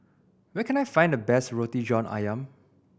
where can I find the best Roti John Ayam